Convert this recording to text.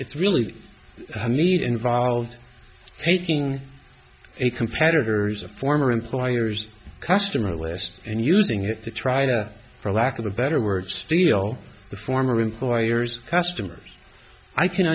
it's really neat involved taking a competitor is a former employer's customer list and using it to try to for lack of a better word steal the former employers customers i can